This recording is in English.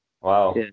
Wow